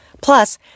Plus